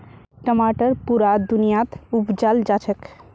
टमाटर पुरा दुनियात उपजाल जाछेक